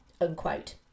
unquote